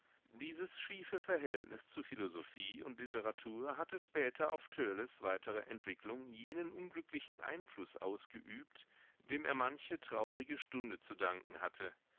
dieses schiefe verhältnis zu philosophie und literatur hatte später auf törleß weitere entwicklung jenen unglücklichen einfluß ausgeübt dem er manche traurige stunde zu danken hatte